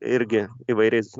irgi įvairiais